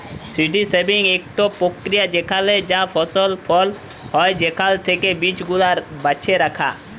seed saving ইকট পক্রিয়া যেখালে যা ফসল ফলল হ্যয় সেখাল থ্যাকে বীজগুলা বাছে রাখা